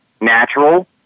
natural